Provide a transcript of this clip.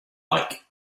like